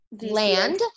land